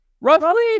roughly